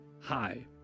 hi